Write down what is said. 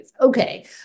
Okay